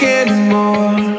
anymore